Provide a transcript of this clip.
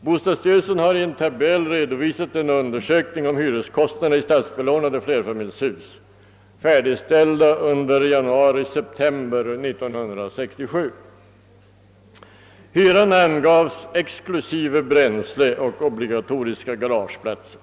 Bostadsstyrelsen har i en talbell redovisat en undersökning rörande hyreskostnaderna i statsbelånade flerfamiljshus, färdigställda under tiden januari—september 1967. Hyran angavs exklusive bränsle och obligatoriska garageplatser.